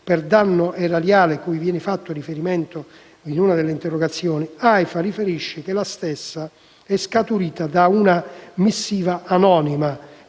per danno erariale, cui viene fatto riferimento in una delle interrogazioni, l'Aifa riferisce che la stessa è scaturita da una missiva anonima